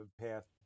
path